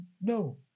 No